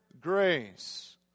grace